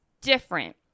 different